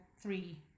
three